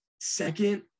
Second